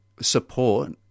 support